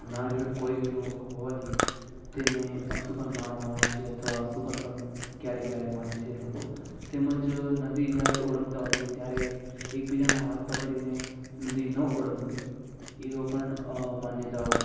નાળીયેર કોહવાઈ ગયેલું હોવાથી તેને અપશુકન માનવામાં આવે છે અથવા શુકન પણ ક્યારેક ક્યારે માને છે લોકો તેમજ નદી જ્યારે ઓળંગતા હોઈએ ત્યારે એકબીજાનો હાથ પકડીને નદી ન ઓળંગવી એવી પણ માન્યતાઓ